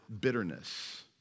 bitterness